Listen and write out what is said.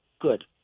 good